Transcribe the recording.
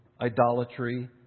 Idolatry